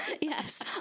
Yes